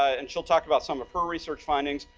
and she'll talk about some of her research findings.